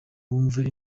wumve